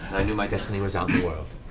i knew my destiny was out in the world.